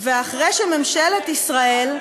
ואחרי שממשלת ישראל,